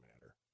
matter